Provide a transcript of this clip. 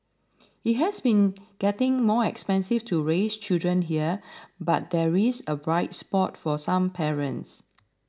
it has been getting more expensive to raise children here but there is a bright spot for some parents